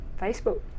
Facebook